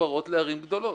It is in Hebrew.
מחוברות לערים גדולות.